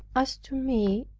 as to me,